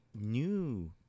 new